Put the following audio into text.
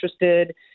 interested